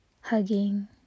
hugging